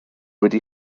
wedi